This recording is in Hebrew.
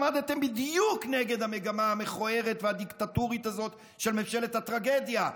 עמדתם בדיוק נגד המגמה המכוערת והדיקטטורית הזאת של ממשלת הטרגדיה,